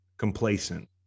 complacent